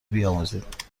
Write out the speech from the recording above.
بیاموزید